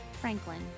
Franklin